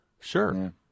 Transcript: Sure